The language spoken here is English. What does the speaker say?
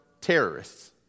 terrorists